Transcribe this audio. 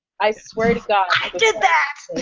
i swear to god. i did that.